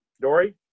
Dory